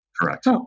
Correct